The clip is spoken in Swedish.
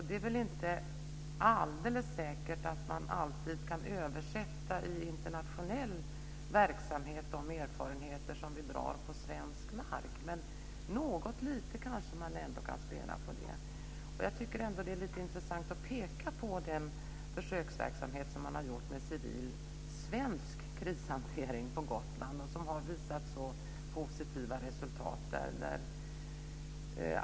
Det är väl inte alldeles säkert att man alltid kan översätta de erfarenheter som vi drar på svensk mark i internationell verksamhet. Men något lite kan man kanske ändå spela på det. Jag tycker att det är lite intressant att peka på den försöksverksamhet som man har haft med civil svensk krishantering på Gotland. Den har visat mycket positiva resultat.